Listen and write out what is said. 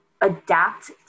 adapt